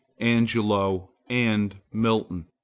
angelo and milton.